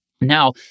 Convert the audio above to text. Now